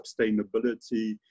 sustainability